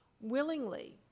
willingly